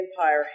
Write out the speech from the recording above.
empire